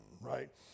right